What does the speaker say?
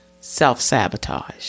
self-sabotage